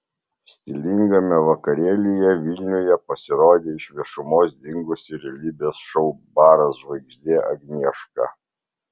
stilingame vakarėlyje vilniuje pasirodė iš viešumos dingusi realybės šou baras žvaigždė agnieška